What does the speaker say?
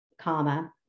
comma